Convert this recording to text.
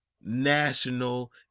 national